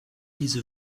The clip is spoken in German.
diese